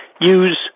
use